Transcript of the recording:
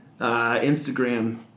Instagram